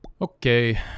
okay